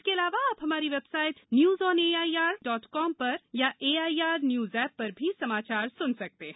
इसके अलावा आप हमारी website news on A I R dot N I C dot I N पर अथवा A I R news app पर भी समाचार सुन सकते हैं